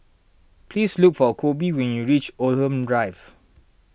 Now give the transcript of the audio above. please look for Coby when you reach Oldham Drive